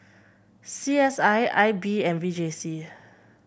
C S I I B and V J C